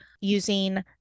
using